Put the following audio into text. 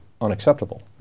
unacceptable